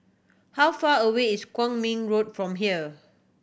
how far away is Kwong Min Road from here